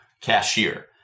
cashier